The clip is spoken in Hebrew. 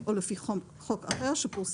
כהגדרתה בחוק ביטוח בריאות